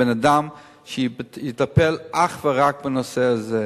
בן-אדם שיטפל אך ורק בנושא הזה.